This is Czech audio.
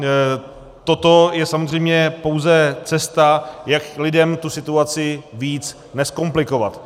A toto je samozřejmě pouze cesta, jak lidem tu situaci víc nezkomplikovat.